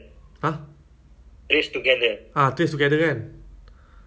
no but the app is running while you close the app like